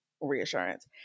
reassurance